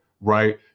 right